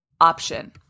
option